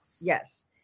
Yes